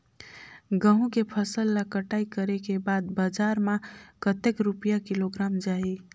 गंहू के फसल ला कटाई करे के बाद बजार मा कतेक रुपिया किलोग्राम जाही?